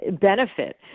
benefit